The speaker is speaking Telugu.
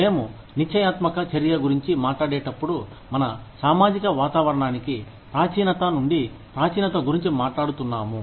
మేము నిశ్చయాత్మక చర్య గురించి మాట్లాడేటప్పుడు మన సామాజిక వాతావరణానికి ప్రాచీనత నుండి ప్రాచీనత గురించి మాట్లాడుతున్నాము